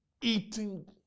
eating